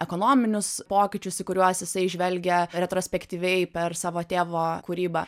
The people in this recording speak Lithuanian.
ekonominius pokyčius į kuriuos jisai žvelgia retrospektyviai per savo tėvo kūrybą